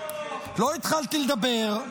לא התחלתי לדבר.